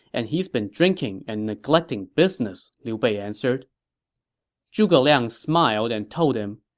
and he's been drinking and neglecting business, liu bei answered zhuge liang smiled and told him,